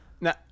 Now